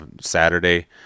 saturday